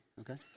okay